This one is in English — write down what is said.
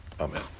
Amen